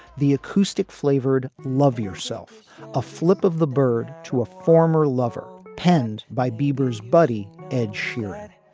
the acoustic flavored love yourself a flip of the bird to a former lover penned by bieber's buddy ed sheeran,